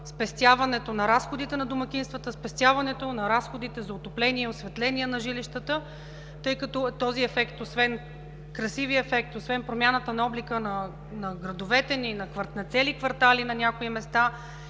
спестяването на разходите на домакинствата, спестяването на разходите за отопление и осветление на жилищата, тъй като този ефект, освен красивия ефект, освен промяната на облика на градовете ни, на цели квартали на някои места